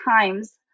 times